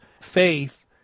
faith